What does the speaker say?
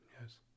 yes